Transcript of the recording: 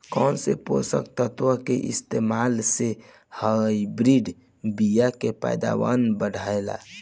कौन से पोषक तत्व के इस्तेमाल से हाइब्रिड बीया के पैदावार बढ़ेला?